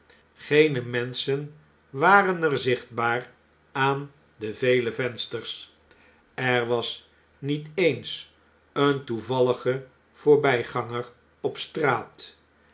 geene menschen waren er zichtbaar aan de vele vensters er was niet eens een toevallige voorbgganger op straat